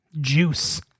Juice